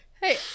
hey